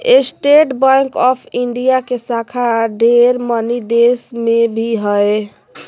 state Bank of India के शाखा ढेर मनी देश मे भी हय